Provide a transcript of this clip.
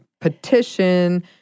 petition